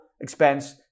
expense